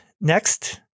Next